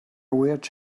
wired